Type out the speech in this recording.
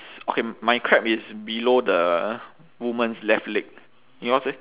okay my crab is below the woman's left leg yours eh